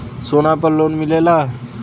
सोना पर लोन मिलेला?